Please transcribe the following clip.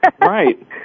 Right